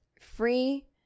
free